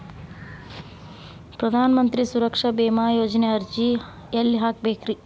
ಪ್ರಧಾನ ಮಂತ್ರಿ ಸುರಕ್ಷಾ ಭೇಮಾ ಯೋಜನೆ ಅರ್ಜಿ ಎಲ್ಲಿ ಹಾಕಬೇಕ್ರಿ?